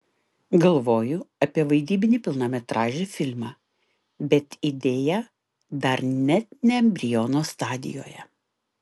galvoju apie vaidybinį pilnametražį filmą bet idėja dar net ne embriono stadijoje